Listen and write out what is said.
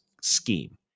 scheme